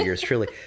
truly